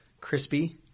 crispy